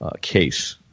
case